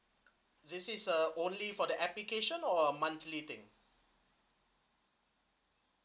this is uh only for the application or a monthly thing